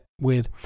weird